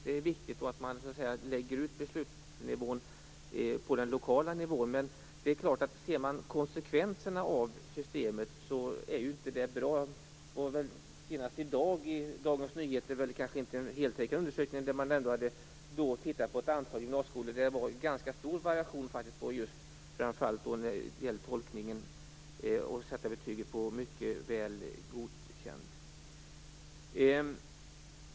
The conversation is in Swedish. Det är viktigt att besluten läggs ut på den lokala nivån. Men sett till konsekvenserna av systemet är detta inte bra. Senast i dag redovisades i Dagens Nyheter en undersökning, som i och för sig kanske inte var heltäckande. Man hade tittat på ett antal gymnasieskolor och det var ganska stor variation framför allt när det gällde tolkningen av när man sätter betyget Mycket väl godkänd.